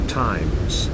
times